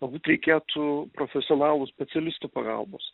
galbūt reikėtų profesionalų specialistų pagalbos